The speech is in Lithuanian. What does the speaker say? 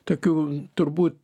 tokių turbūt